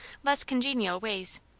less congenial ways.